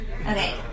Okay